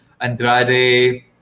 Andrade